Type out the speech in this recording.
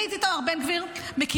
אני את איתמר בן גביר מכירה